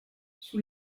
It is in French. sous